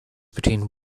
between